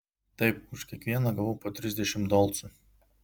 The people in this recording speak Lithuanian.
taip už kiekvieną gavau po trisdešimt dolcų